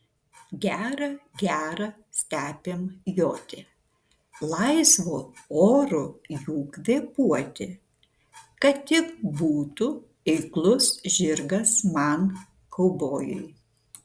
gera gera stepėm joti laisvu oru jų kvėpuoti kad tik būtų eiklus žirgas man kaubojui